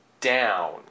down